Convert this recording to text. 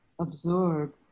absorb